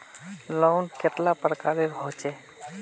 Loan कतेला प्रकारेर होचे?